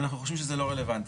אנחנו חושבים שזה לא רלוונטי.